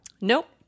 nope